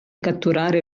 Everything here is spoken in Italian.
catturare